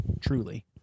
truly